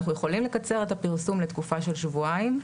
אנחנו יכולים לקצר את הפרסום לתקופה של שבועיים,